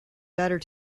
better